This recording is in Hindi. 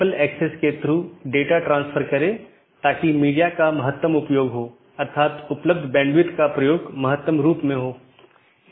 इसलिए यदि यह बिना मान्यता प्राप्त वैकल्पिक विशेषता सकर्मक विशेषता है इसका मतलब है यह बिना किसी विश्लेषण के सहकर्मी को प्रेषित किया जा रहा है